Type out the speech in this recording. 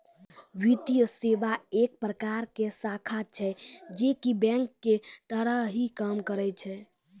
वित्तीये सेवा एक प्रकार के शाखा छै जे की बेंक के तरह ही काम करै छै